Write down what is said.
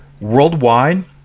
Worldwide